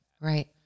Right